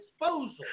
disposal